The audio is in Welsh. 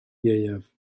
ieuaf